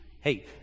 Hey